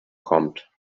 kommt